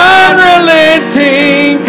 unrelenting